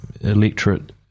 electorate